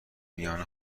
میان